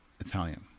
Italian